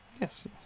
Yes